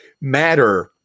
matter